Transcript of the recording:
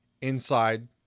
inside